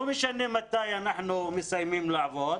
לא משנה מתי אנחנו מסיימים לעבוד,